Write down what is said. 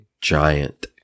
giant